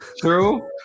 true